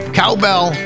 cowbell